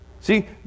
See